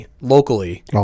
locally